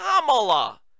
Kamala